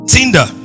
Tinder